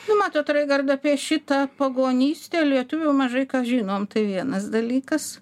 nu matot raigardai apie šitą pagonystę lietuvių mažai ką žinom tai vienas dalykas